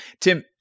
Tim